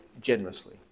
generously